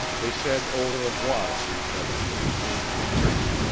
they said au revoir to each other with the same constraint,